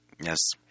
Yes